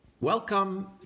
Welcome